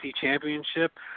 championship